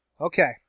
Okay